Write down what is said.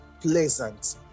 pleasant